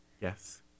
Yes